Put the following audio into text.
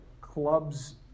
clubs